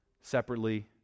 separately